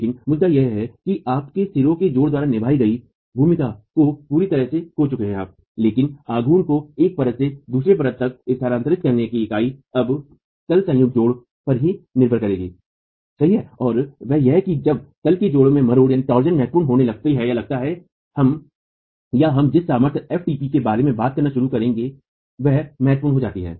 लेकिन मुद्दा यह है कि अब आप सिरों के जोड़ों द्वारा निभाई गई भूमिका को पूरी तरह से खो चुके हैं लेकिन आघूर्ण को एक परत से दूसरे तक स्थानांतरित करने की इकाई अब तल संयुक्तजोड़ों पर ही निर्भर करेगी सही और वह यह है कि जब तल जोड़ों में मरोड़ महत्वपूर्ण होने लगती है या हम जिस सामर्थ्य ftp के बारे में बात करना शुरू करते हैं वह महत्वपूर्ण हो जाती है